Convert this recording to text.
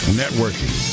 networking